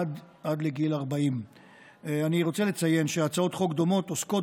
עד לגיל 40. אני רוצה לציין שהצעות חוק דומות העוסקות